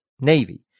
Navy